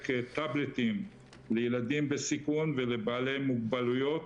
טבלטים לילדים בסיכון ולבעלי מוגבלויות.